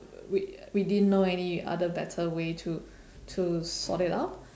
we we didn't know any other better way to to sort it out